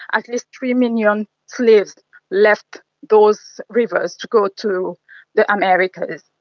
at least three million slaves left those rivers to go to the americas.